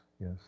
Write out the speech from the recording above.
yes